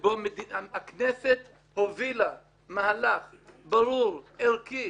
שבה הכנסת הובילה מהלך ברור, ערכי,